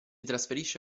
trasferisce